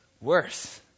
worse